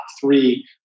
three